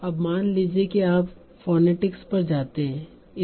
अब मान लीजिए कि आप फोनेतिक्स पर जाते हैं